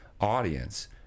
audience